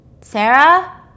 Sarah